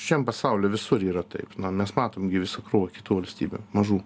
šiam pasauly visur yra taip na mes matom gi visą krūvą kitų valstybių mažų